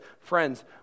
friends